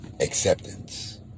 acceptance